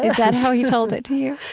is that how he told it to you?